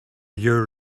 your